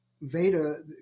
Veda